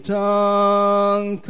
tongue